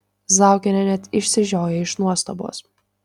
zaukienė net išsižiojo iš nuostabos